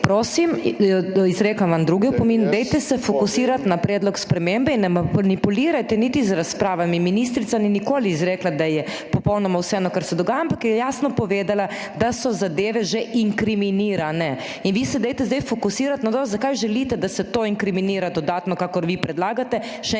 vam drugi opomin. Zdaj pa res prosim, dajte se fokusirati na predlog spremembe in ne manipulirajte niti z razpravami. Ministrica ni nikoli izrekla, da ji je popolnoma vseeno za to, kar se dogaja, ampak je jasno povedala, da so zadeve že inkriminirane. In vi se dajte zdaj fokusirati na to, zakaj želite, da se to inkriminira dodatno, kakor vi predlagate, še enkrat,